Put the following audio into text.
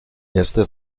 este